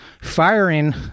Firing